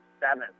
seventh